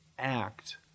act